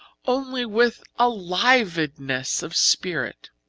only with alivedness of spirit,